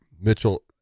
mitchell